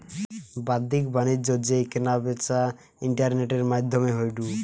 বাদ্দিক বাণিজ্য যেই কেনা বেচা ইন্টারনেটের মাদ্ধমে হয়ঢু